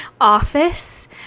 office